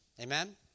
Amen